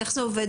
איך זה עובד?